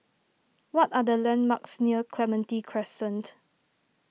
what are the landmarks near Clementi Crescent